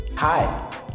Hi